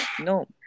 No